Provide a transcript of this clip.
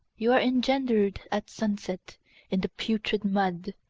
you are engendered at sunset in the putrid mud,